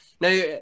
Now